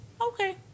Okay